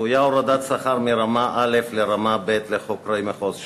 צפויה הורדת שכר מרמה א' לרמה ב' לחוקרי מחוז ש"י,